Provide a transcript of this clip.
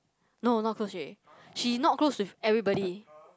no not close already she not close with everybody